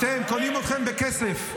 אתם, קונים אתכם בכסף.